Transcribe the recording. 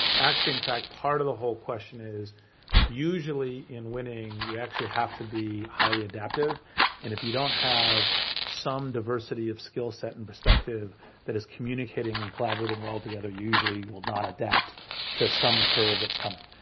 actually in fact, part of the whole question is usually in winning you actually have to be highly adaptive and if you don't have some diversity of skill set and perspective that is communicating and collaborating well together, usually you will not adapt to some curve that's coming.